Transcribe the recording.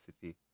City